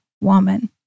woman